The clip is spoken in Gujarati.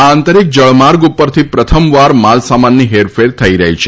આ આંતરીક જળમાર્ગ ઉપરથી પ્રથમવાર માલસામાનની હેરફેર થઈ રહી છે